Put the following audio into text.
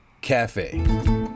cafe